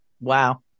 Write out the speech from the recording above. Wow